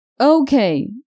Okay